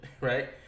right